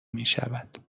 میشود